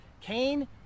Cain